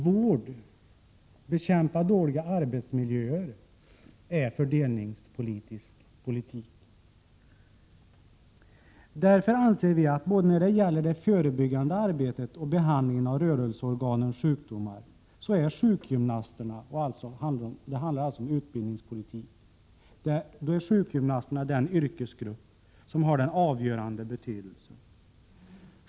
Vård och bekämpning av dåliga arbetsmiljöer är fördelningspolitik. Därför anser vi att sjukgymnasterna både i det förebyggande arbetet och vid behandlingen av rörelseorganens sjukdomar är den yrkesgrupp som har den avgörande betydelsen. Det handlar alltså om utbildningspolitik.